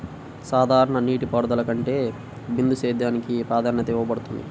సాధారణ నీటిపారుదల కంటే బిందు సేద్యానికి ప్రాధాన్యత ఇవ్వబడుతుంది